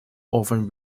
often